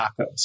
tacos